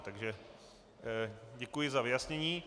Takže děkuji za vyjasnění.